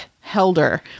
helder